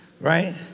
right